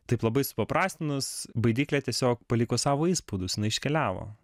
taip labai supaprastinus baidyklė tiesiog paliko savo įspaudus jinai iškeliavo